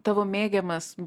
tavo mėgiamas